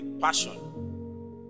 passion